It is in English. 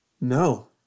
No